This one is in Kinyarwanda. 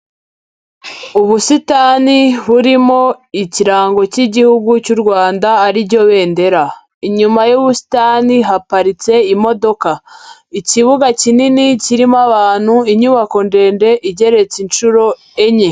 Ubusitani burimo ikirango cy'Igihugu cy'u Rwanda, ari ryo bendera, inyuma y'ubusitani haparitse imodoka, ikibuga kinini kirimo abantu, inyubako ndende igeretse inshuro enye.